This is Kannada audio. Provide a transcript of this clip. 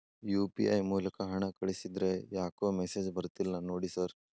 ಯು.ಪಿ.ಐ ಮೂಲಕ ಹಣ ಕಳಿಸಿದ್ರ ಯಾಕೋ ಮೆಸೇಜ್ ಬರ್ತಿಲ್ಲ ನೋಡಿ ಸರ್?